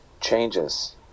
changes